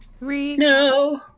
No